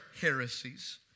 heresies